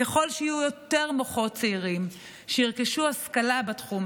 ככל שיהיו יותר מוחות צעירים שירכשו השכלה בתחום,